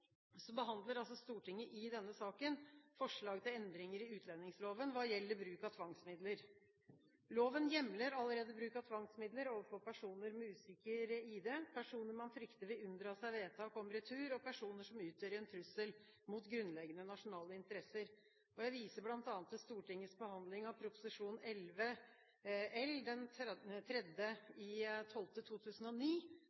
så får jeg heller tegne meg til et nytt innlegg hvis jeg ikke får tid til å komme inn på Prop. 141 L i førsteinnlegget. For å starte med Prop. 138 L behandler Stortinget i denne saken forslag til endringer i utlendingsloven hva gjelder bruk av tvangsmidler. Loven hjemler allerede bruk av tvangsmidler overfor personer med usikker ID, personer man frykter vil unndra seg vedtak om retur, og personer som utgjør en